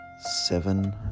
Seven